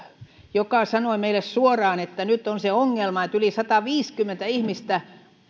joka sanoi meille suoraan että nyt on se ongelma että yli sataviisikymmentä ihmistä